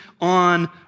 on